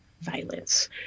violence